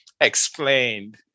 explained